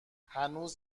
هنوز